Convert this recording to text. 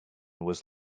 was